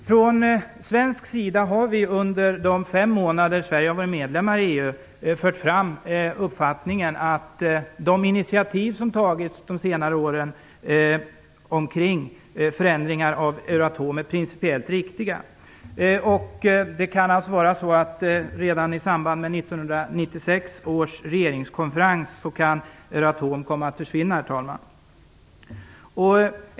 Från svensk sida har vi under de fem månader Sverige har varit medlem i EU fört fram uppfattningen att de initiativ som tagits de senare åren kring förändringar av Euratom är principiellt riktiga. Det kan alltså vara så att Euratom redan i samband med 1996 års regeringskonferens kan komma att försvinna, herr talman.